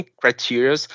criteria